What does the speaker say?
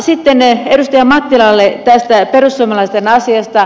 sitten edustaja mattilalle tästä perussuomalaisten asiasta